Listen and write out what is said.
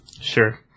Sure